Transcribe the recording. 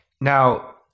Now